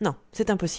non c'est impossible